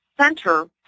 Center